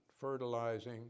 fertilizing